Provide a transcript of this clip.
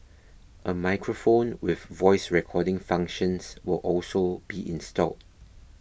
a microphone with voice recording functions will also be installed